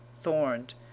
thorned